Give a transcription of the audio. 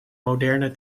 moderne